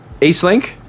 Eastlink